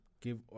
give